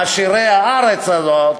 עשירי הארץ הזאת,